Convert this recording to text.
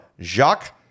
Jacques